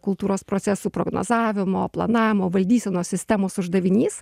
kultūros procesų prognozavimo planavimo valdysenos sistemos uždavinys